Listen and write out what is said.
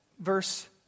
verse